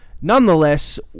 Nonetheless